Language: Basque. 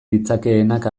ditzakeenak